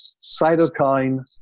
cytokine